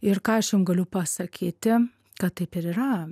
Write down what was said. ir ką aš jum galiu pasakyti kad taip ir yra